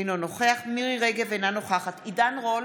אינו נוכח מירי מרים רגב, אינו נוכח עידן רול,